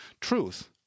truth